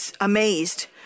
amazed